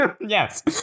Yes